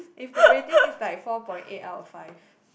if the rating is like four point eight out of five